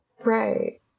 right